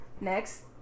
next